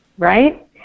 Right